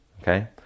Okay